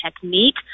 technique